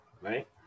right